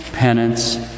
Penance